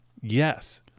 Yes